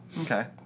Okay